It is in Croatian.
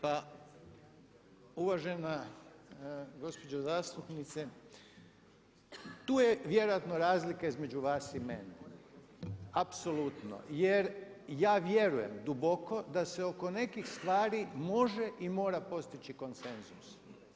Pa uvažena gospođo zastupnice tu je vjerojatno razlika između vas i mene, apsolutno, jer ja vjerujem duboko da se oko nekih stvari može i mora postići konsenzus.